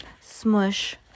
smush